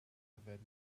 yfed